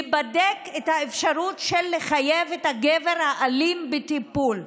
תיבדק האפשרות לחייב את הגבר האלים בטיפול.